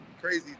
crazy